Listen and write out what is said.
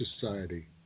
society